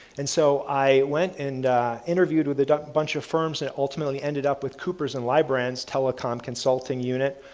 and so, i went and interviewed with a bunch of firms and ultimately ended up with coopers and librarians telecom consulting unit,